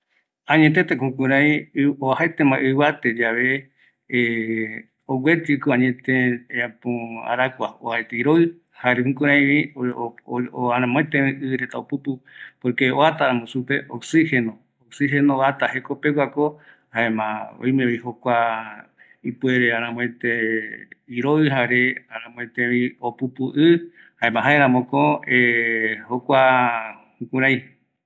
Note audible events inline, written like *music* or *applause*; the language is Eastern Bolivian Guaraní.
﻿Añetekeko jukurai ɨ oajaetema ivate yave *hesitation* ogueyiko añete äpo arakuako oajaete iroi jare jukuraivi o oaramuetevi ireta opupu, porque oata ramo supe oxigeno oxigeno oata jekopeguako jaema oimevi jokua ipuere arämoëte iroi jare aramörtrbi opupu i jaema jaeramoko *hesitation* jokua kurai